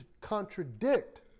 contradict